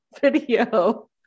video